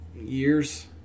years